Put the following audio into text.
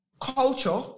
culture